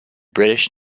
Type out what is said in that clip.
british